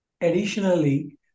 additionally